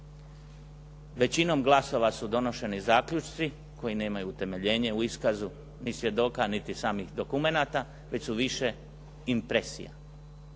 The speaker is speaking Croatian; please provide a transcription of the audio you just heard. većinom glasova su donošeni zaključci koji nemaju utemeljene u iskazu, ni svjedoka, niti samih dokumenata, već su više impresija.